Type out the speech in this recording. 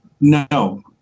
No